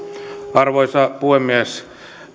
arvoisa puhemies